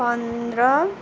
पन्ध्र